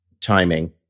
timing